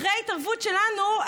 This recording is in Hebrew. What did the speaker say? אחרי התערבות שלנו,